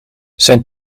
zijn